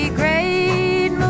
great